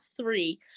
three